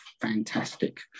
fantastic